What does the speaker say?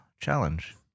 challenge